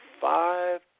five